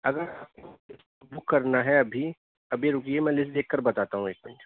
اگر بک کرنا ہے ابھی ابھی رکیے میں لسٹ دیکھ کر بتاتا ہوں ایک منٹ